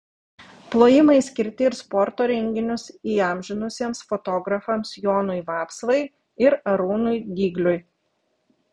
plojimai skirti ir sporto renginius įamžinusiems fotografams jonui vapsvai ir arūnui dygliui